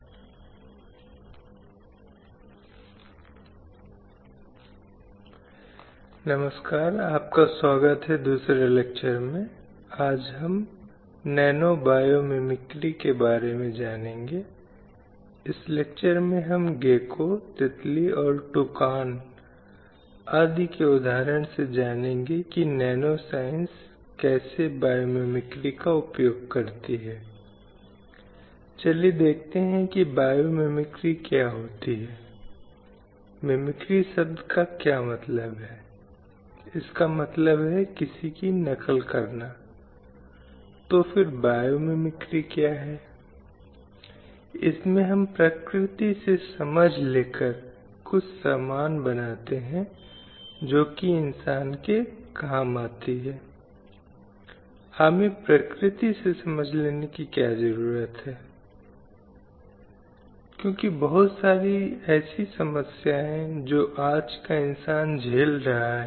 NPTEL NPTEL online प्रमाणन पाठ्यक्रम NPTEL online certification course लैंगिक न्याय एवं कार्यस्थल सुरक्षा पर पाठ्यक्रम course on gender justice and workplace security Prodipa Dubey द्वारा राजीव गांधी बौद्धिक संपदा कानून विद्यालय Rajiv Gandhi school of intellectual property law I I T Kharagpur व्याख्यान 04 लैंगिक न्याय जेंडर जस्टिस का परिचय जारी Contd नमस्कार प्यारे छात्रों हम लैंगिक न्याय की अवधारणा पर चर्चा कर रहे हैं और इस प्रक्रिया में हम यह समझने की कोशिश कर रहे हैं कि वर्षों से भारतीय समाज में महिलाओं की हैसियत और स्थिति क्या है